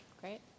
Great